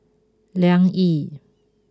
Liang Yi